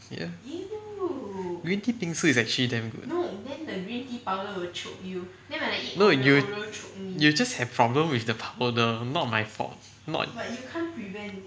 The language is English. ya green tea bingsu is actually damn good no you you just have problem with the powder not my fault not